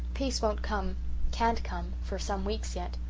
peace won't come can't come for some weeks yet.